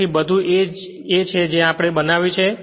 તેથી આ બધુ એ છે જે આપણે બનાવ્યું છે